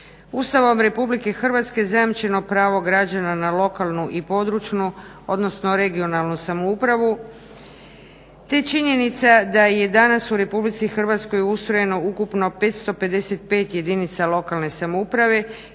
Ustavom Republike Hrvatske zajamčeno pravo građana na lokalnu i područnu (regionalnu) samoupravu te činjenica da je danas u Republici Hrvatskoj ustrojeno ukupno 555 jedinica lokalne samouprave